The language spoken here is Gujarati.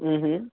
હમ હમ